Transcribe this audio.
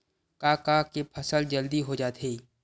का का के फसल जल्दी हो जाथे?